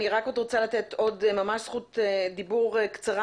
אני רוצה עוד לתת ממש זכות דיבור קצרה,